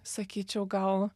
sakyčiau gal